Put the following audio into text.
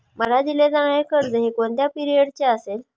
मला दिले जाणारे कर्ज हे कोणत्या पिरियडचे असेल?